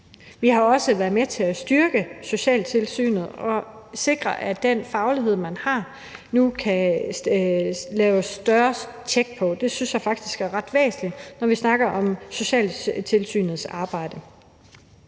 Vi har også været med til at styrke socialtilsynet og sikre, at der nu kan laves større tjek af den faglighed, der er. Det synes jeg faktisk er ret væsentligt, når vi snakker om socialtilsynets arbejde.